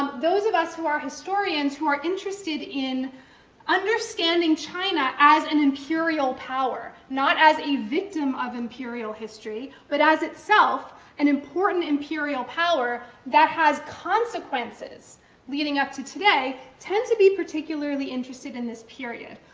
those of us who are historians who are interested in understanding china as an imperial power, not as a victim of imperial history, but as itself an important imperial power that has consequences leading up to today, tend to be particularly interested in this period.